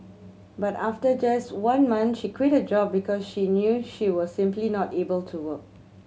but after just one month she quit her job because she knew she was simply not able to work